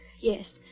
Yes